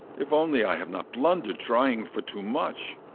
if only i have not blundered trying for too much!